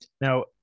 Now